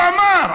הוא אמר,